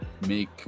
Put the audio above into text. make